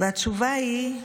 והתשובה היא,